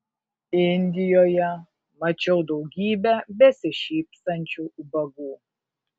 indijoje mačiau daugybę besišypsančių ubagų